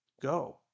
Go